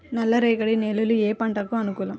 నల్లరేగడి నేలలు ఏ పంటలకు అనుకూలం?